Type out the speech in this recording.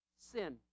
sin